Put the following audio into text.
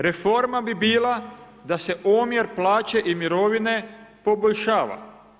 Reforma bi bila da se omjer plaće i mirovine poboljšava.